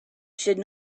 should